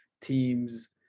teams